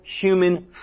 human